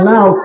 Now